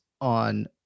on